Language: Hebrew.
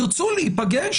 ירצו להיפגש,